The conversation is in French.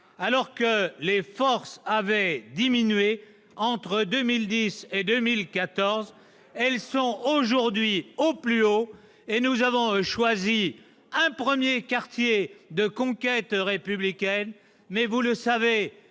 alors qu'elles avaient diminué entre 2010 et 2014, elles sont aujourd'hui au plus haut, et nous avons choisi un premier quartier de conquête républicaine. Nous avons